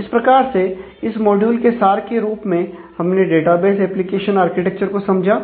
इस प्रकार से इस मॉड्यूल के सार के रूप में हमने डेटाबेस एप्लीकेशन आर्किटेक्चर को समझा